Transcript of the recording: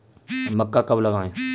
मक्का कब लगाएँ?